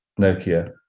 Nokia